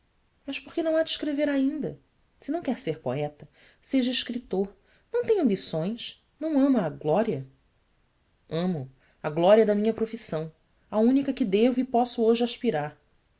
por que não há de escrever ainda se não quer ser poeta seja escritor não tem ambições não ama a glória mo a glória da minha profissão a única a que devo e posso hoje aspirar